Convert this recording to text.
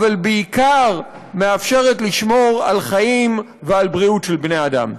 אבל בעיקר מאפשרת לשמור על חיים ועל בריאות של בני אדם.